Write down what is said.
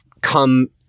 come